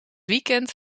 weekend